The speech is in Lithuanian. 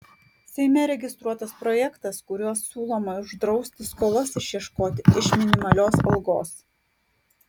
seime registruotas projektas kuriuo siūloma uždrausti skolas išieškoti iš minimalios algos